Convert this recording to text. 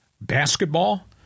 basketball